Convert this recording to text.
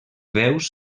veus